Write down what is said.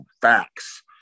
facts